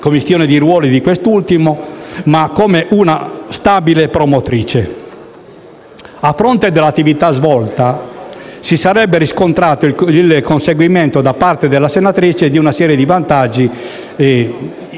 commistione di ruoli di quest'ultimo nel CEV, ma come «una stabile promotrice». A fronte dell'attività svolta si sarebbe riscontrato il conseguimento, da parte della senatrice Bonfrisco, di una serie di vantaggi,